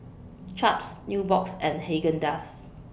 Chaps Nubox and Haagen Dazs